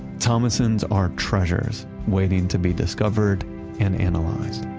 thomassons are treasures waiting to be discovered and analyzed.